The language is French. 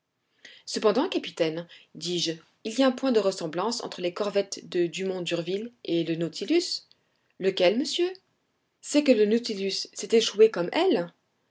cependant capitaine dis-je il y a un point de ressemblance entre les corvettes de dumont d'urville et le nautilus lequel monsieur c'est que le nautilus s'est échoué comme elles